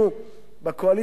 מהקואליציה אין אף אחד.